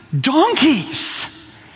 donkeys